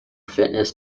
fitness